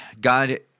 God –